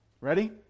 Ready